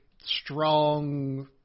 strong